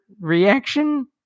reaction